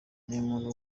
umuntu